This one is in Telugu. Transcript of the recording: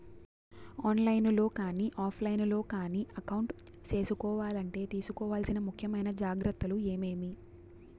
ఆన్ లైను లో కానీ ఆఫ్ లైను లో కానీ అకౌంట్ సేసుకోవాలంటే తీసుకోవాల్సిన ముఖ్యమైన జాగ్రత్తలు ఏమేమి?